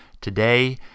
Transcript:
Today